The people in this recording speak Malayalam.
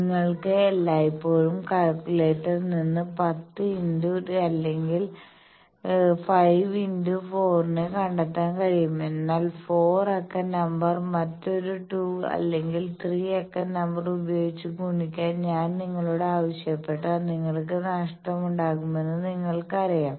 നിങ്ങൾക്ക് എല്ലായ്പ്പോഴും കാൽക്കുലേറ്റർ നിന്ന് 10 ഇൻറ്റു അല്ലെങ്കിൽ 5 ഇൻറ്റു 4 നെ കണ്ടെത്താൻ കഴിയും എന്നാൽ 4 അക്ക നമ്പർ മറ്റൊരു 2 അല്ലെങ്കിൽ 3 അക്ക നമ്പർ ഉപയോഗിച്ച് ഗുണിക്കാൻ ഞാൻ നിങ്ങളോട് ആവശ്യപ്പെട്ടാൽ നിങ്ങൾക്ക് നഷ്ടമുണ്ടാകുമെന്ന് നിങ്ങൾക്കറിയാം